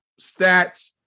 stats